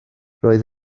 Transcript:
roedd